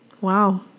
Wow